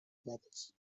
brothers